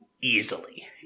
easily